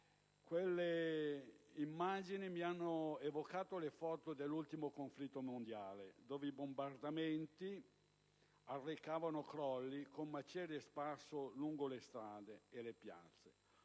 Quelle immagini hanno evocato in me le foto dell'ultimo conflitto mondiale, dove i bombardamenti arrecarono crolli e le macerie risultavano sparse lungo le strade e le piazze.